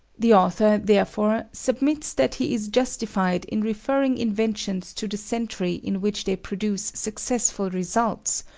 the author, therefore, submits that he is justified in referring inventions to the century in which they produce successful results,